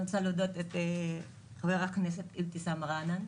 אני רוצה להודות לחברת הכנסת אבתיסאם מראענה,